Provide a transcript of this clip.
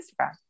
Instagram